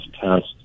test